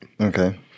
Okay